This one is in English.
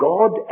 God